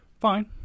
Fine